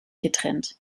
getrennt